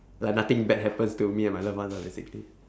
like nothing bad happens to me and my loved ones lah basically